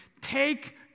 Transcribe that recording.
take